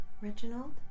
Reginald